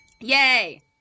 Yay